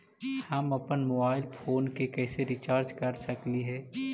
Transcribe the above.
हम अप्पन mobile phone के कैसे रिचार्ज कर सकली हे?